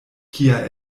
kia